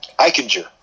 Eichinger